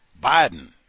Biden